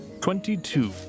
Twenty-two